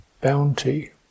bounty